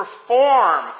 perform